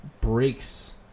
breaks